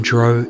Dro